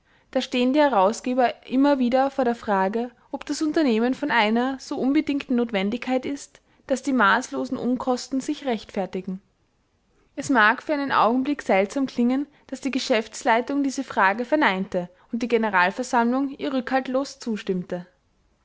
da stehen die herausgeber immer wieder vor der frage ob das unternehmen von einer so unbedingten notwendigkeit ist daß die maßlosen unkosten sich rechtfertigen es mag für einen augenblick seltsam klingen daß die geschäftsleitung diese frage verneinte und die generalversammlung ihr rückhaltlos zustimmte